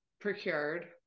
Procured